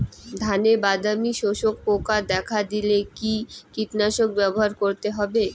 ধানে বাদামি শোষক পোকা দেখা দিলে কি কীটনাশক ব্যবহার করতে হবে?